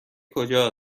کجا